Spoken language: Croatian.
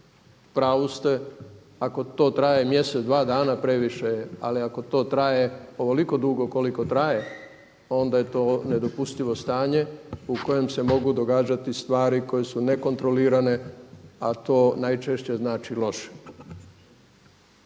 pravu ste ako to traje mjesec, dva dana previše je, ali ako to traje ovoliko dugo koliko traje onda je to nedopustivo stanje u kojem se mogu događati stvari koje su nekontrolirane a to najčešće znači loše.